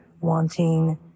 wanting